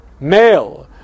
Male